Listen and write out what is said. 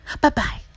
Bye-bye